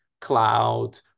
cloud